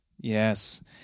Yes